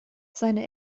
seine